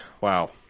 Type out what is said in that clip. wow